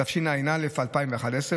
התשע"א 2011,